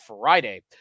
Friday